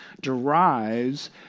derives